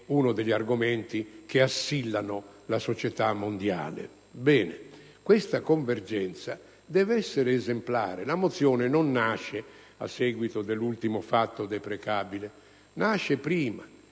è uno degli argomenti che assilla la società mondiale. Ebbene, questa convergenza deve essere esemplare. La mozione non nasce a seguito dell'ultimo fatto deprecabile. Nasce prima.